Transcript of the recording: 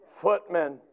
footmen